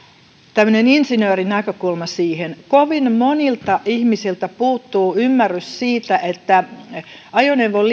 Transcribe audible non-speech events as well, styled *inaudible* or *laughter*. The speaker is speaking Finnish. tämmöinen insinöörin näkökulma siihen kovin monilta ihmisiltä puuttuu ymmärrys siitä että ajoneuvon *unintelligible*